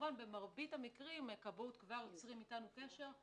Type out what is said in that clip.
וכמובן במרבית המקרים כבאות כבר יוצרים אתנו קשר,